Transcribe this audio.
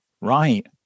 Right